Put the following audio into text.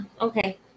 okay